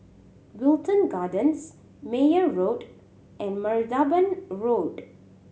Wilton Gardens Meyer Road and Martaban Road